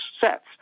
sets